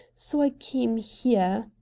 so i came here.